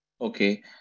Okay